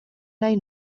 nahi